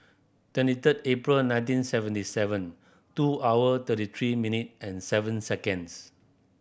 twenty third April nineteen seventy seven two hour thirty three minute and seven seconds